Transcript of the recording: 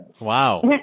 Wow